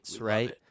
right